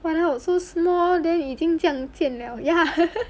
!walao! so small then 已经这样贱了 ya